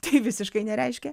tai visiškai nereiškia